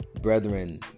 brethren